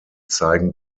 zeigen